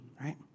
right